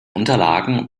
unterlagen